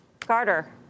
Carter